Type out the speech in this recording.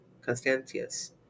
Constantius